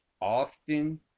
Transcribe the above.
Austin